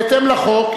בהתאם לחוק,